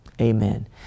amen